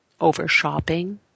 overshopping